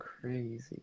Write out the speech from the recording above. crazy